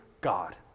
God